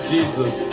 Jesus